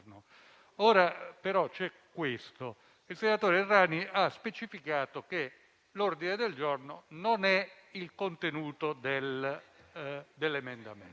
Ora, però, il senatore Errani ha specificato che l'ordine del giorno non è il contenuto dell'emendamento.